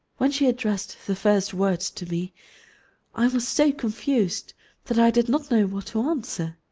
when she addressed the first words to me i was so confused that i did not know what to answer.